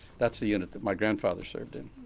that's the unit that my grandfather served in.